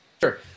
Sure